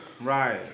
Right